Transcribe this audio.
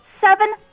seven